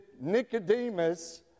Nicodemus